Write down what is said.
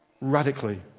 radically